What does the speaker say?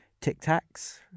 tic-tacs